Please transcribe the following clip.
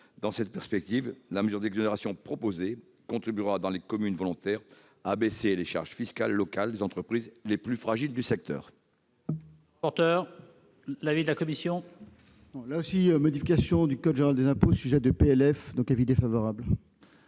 Dans cette perspective, la mesure d'exonération proposée contribuera, dans les communes volontaires, à abaisser les charges fiscales locales des entreprises les plus fragiles du secteur.